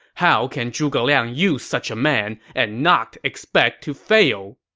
how can zhuge liang use such a man and not expect to fail?